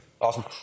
Awesome